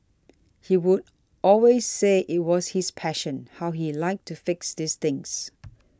he would always say it was his passion how he liked to fix these things